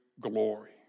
glory